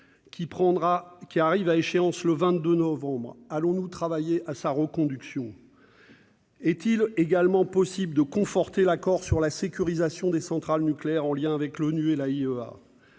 qui arrive à échéance le 22 novembre : allons-nous travailler à sa reconduction ? Est-il également possible de conforter l'accord sur la sécurisation des centrales nucléaires, en lien avec l'ONU et l'Agence